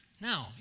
No